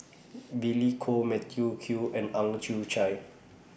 Billy Koh Matthew Ngui and Ang Chwee Chai